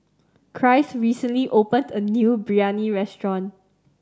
Christ recently opened a new Biryani restaurant